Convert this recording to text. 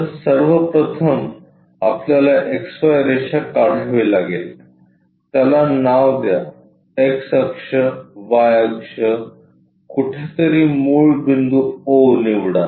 तर सर्व प्रथम आपल्याला XY रेषा काढावी लागेल त्याला नाव द्या एक्स अक्ष वाय अक्ष कुठेतरी मूळ बिंदू o निवडा